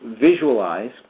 visualize